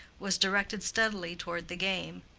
was directed steadily toward the game.